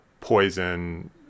poison